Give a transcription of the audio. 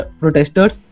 protesters